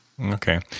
okay